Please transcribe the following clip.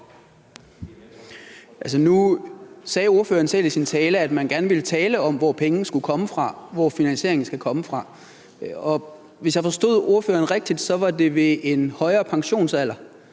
Nu sagde ordføreren selv i sin tale, at man gerne ville tale om, hvor pengene skulle komme fra, hvor finansieringen skal komme fra, og hvis jeg forstod ordføreren rigtigt, var det gennem en højere pensionsalder,